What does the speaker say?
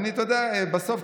בסוף,